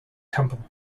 temple